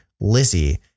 Lizzie